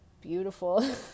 beautiful